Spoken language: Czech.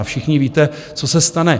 Všichni víte, co se stane.